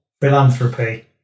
philanthropy